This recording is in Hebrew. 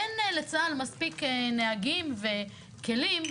אין לצה"ל מספיק נהגים וכלים,